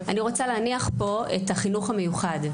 אני רוצה להניח פה את החינוך המיוחד.